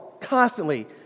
constantly